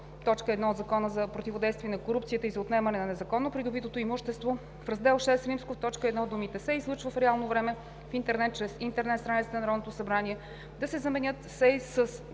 1, т. 1 от Закона за противодействие на корупцията и за отнемане на незаконно придобитото имущество.“ В Раздел VI, в т. 1 думите „се излъчва в реално време в интернет чрез интернет страницата на Народното събрание“ да се заменят с